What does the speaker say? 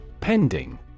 Pending